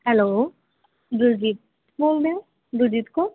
hello Daljit ਬੋਲਦੇ ਹੋ ਦਲਜੀਤ ਕੌਰ